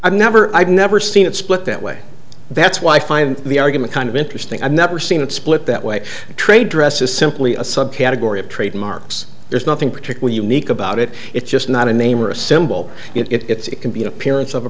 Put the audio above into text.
i've never i've never seen it split that way that's why i find the argument kind of interesting i've never seen it split that way trade dress is simply a subcategory of trademarks there's nothing particular unique about it it's just not a name or a symbol it can be an appearance of a